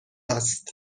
است